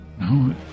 No